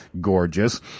Gorgeous